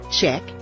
Check